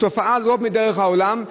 זו תופעה שלא מדרך העולם,